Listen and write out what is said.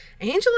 Angela